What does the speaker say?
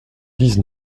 dix